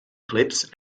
clips